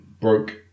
broke